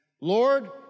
Lord